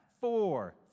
four